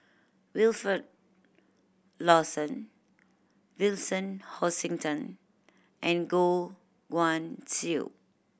Wilfed Lawson Vincent Hoisington and Goh Guan Siew